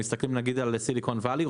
אם מסתכלים נגיד על סיליקון וואלי,